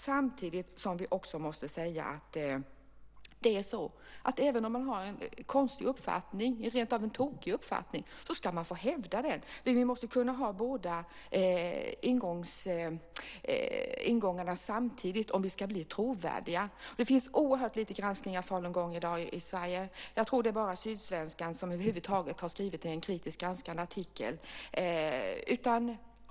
Samtidigt måste vi också säga att även om de har en konstig uppfattning, rentav en tokig uppfattning, ska de få hävda den. Vi måste ha båda ingångarna samtidigt om vi ska bli trovärdiga. Det finns oerhört lite granskning av falungong i dag i Sverige. Jag tror att det bara är Sydsvenskan som över huvud taget har skrivit en kritiskt granskande artikel.